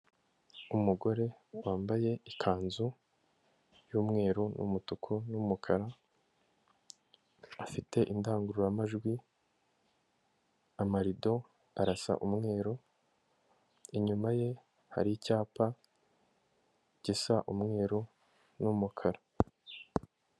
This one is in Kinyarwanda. Umugore wambaye ikanzu y'umweru n'umutuku n'umukara, afite indangururamajwi, amarido arasa umweru, inyuma ye hari icyapa gisa umweru n'umukara.